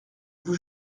vous